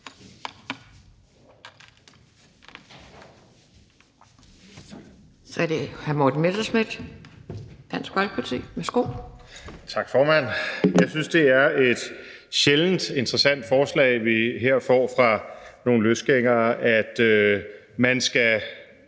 (Ordfører) Morten Messerschmidt (DF): Tak, formand. Jeg synes, det er et sjældent interessant forslag, vi her får fra nogle løsgængere, nemlig at man skal